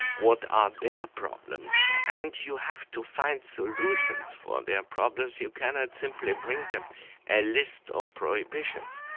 what are their problems, and you have to find solutions for their and and problems. you cannot simply and bring them a list of prohibitions.